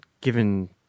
given